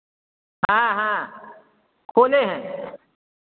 हाँ हाँ खोले हैं